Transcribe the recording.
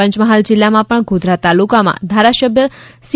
પંચમહાલ જિલ્લામાં પણ ગોધરા તાલુકામાં ધારાસભ્યશ્રી સી